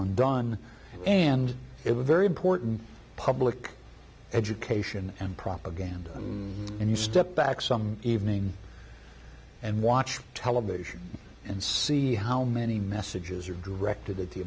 on done and it was very important public education and propaganda and you step back some evening and watch television and see how many messages are directed at the